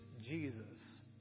Jesus